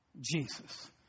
Jesus